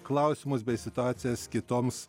klausimus bei situacijas kitoms